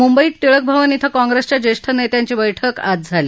मुंबईत टिळक भवन श्वे काँग्रेसच्या ज्येष्ठ नेत्यांची बैठक आज बैठक झाली